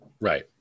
Right